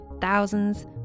thousands